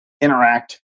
interact